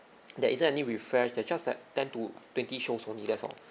there isn't any refresh there are just like ten to twenty shows only that's all